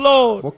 Lord